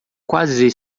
quase